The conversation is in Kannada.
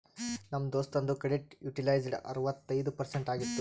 ನಮ್ ದೋಸ್ತುಂದು ಕ್ರೆಡಿಟ್ ಯುಟಿಲೈಜ್ಡ್ ಅರವತ್ತೈಯ್ದ ಪರ್ಸೆಂಟ್ ಆಗಿತ್ತು